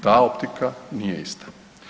Ta optika nije ista.